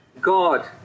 God